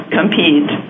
compete